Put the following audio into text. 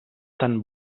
tan